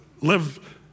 live